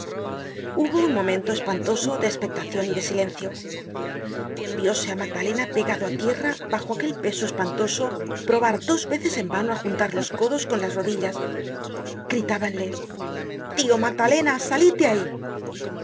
hubo un momento espantoso de espectacion y de silencio vióse á magdalena pegado á tierra bajo aquel peso espantoso probar dos veces en vano á juntar los codos con las rodillas gritábanle tio magdalena salid de ahí